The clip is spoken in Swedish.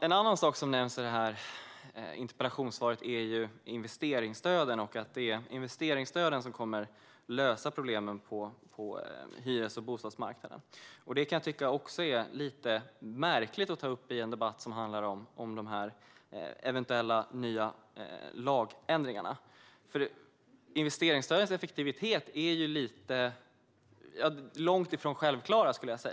En annan sak som nämns i interpellationssvaret är investeringsstöden och att det är investeringsstöden som kommer att lösa problemen på hyres och bostadsmarknaden. Det kan jag också tycka är lite märkligt att ta upp i en debatt som handlar om dessa eventuella nya lagändringar. Investeringsstödens effektivitet är nämligen långt ifrån självklar.